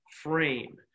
frame